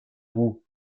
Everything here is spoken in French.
roux